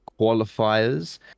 qualifiers